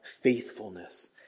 faithfulness